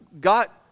got